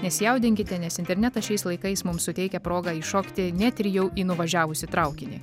nesijaudinkite nes internetas šiais laikais mums suteikia progą įšokti net ir jau į nuvažiavusį traukinį